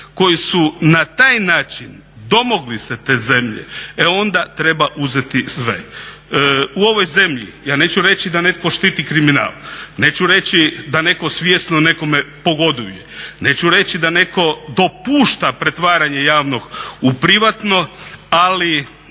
koji su na taj način domogli se te zemlje, e onda treba uzeti sve. U ovoj zemlji ja neću reći da netko štiti kriminal, neću reći da neko svjesno da nekome pogoduje, neću reći da neko dopušta pretvaranje javnog u privatno ali